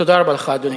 תודה רבה לך, אדוני.